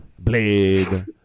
Blade